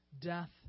death